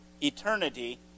eternity